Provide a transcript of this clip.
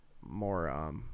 more –